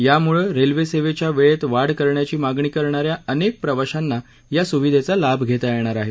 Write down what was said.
यामुळं रेल्वेसेवेच्या वेळेत वाढ करण्याची मागणी करणाऱ्या अनेक प्रवाशांना या सुविधेचा लाभ घेता येणार आहे